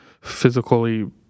physically